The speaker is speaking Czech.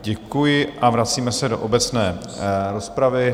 Děkuji a vracíme se do obecné rozpravy.